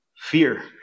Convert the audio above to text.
fear